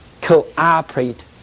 cooperate